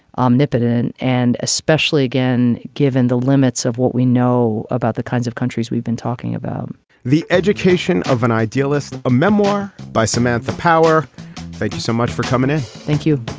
omnipotent and especially again given the limits of what we know about the kinds of countries we've been talking about the education of an idealist a memoir by samantha power thank you so much for coming in. thank you